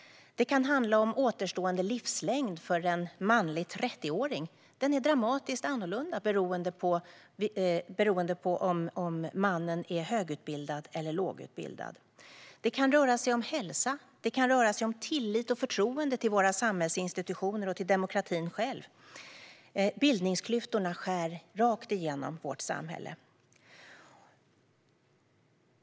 Det kan handla om återstående livslängd för en 30-årig man; den är dramatiskt annorlunda beroende på om mannen är högutbildad eller lågutbildad. Det kan röra sig om hälsa. Det kan röra sig om tillit till och förtroende för våra samhällsinstitutioner och demokratin själv. Bildningsklyftorna skär rakt igenom vårt samhälle.